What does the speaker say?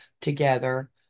together